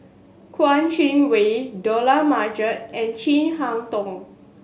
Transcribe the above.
Kouo Shang Wei Dollah Majid and Chin Harn Tong